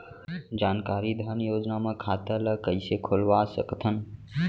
जानकारी धन योजना म खाता ल कइसे खोलवा सकथन?